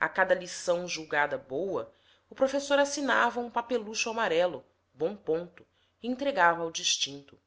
a cada lição julgada boa o professor assinava um papelucho amarelo bom ponto e entregava ao distinto